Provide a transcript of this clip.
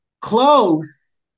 close